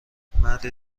مردی